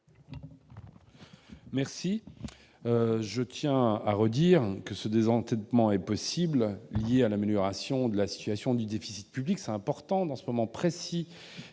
vote. Je tiens à le redire, le désendettement est possible. Il est lié à l'amélioration de la situation du déficit public. Il est important, dans ce moment précis